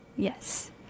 Yes